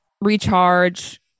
Recharge